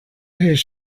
his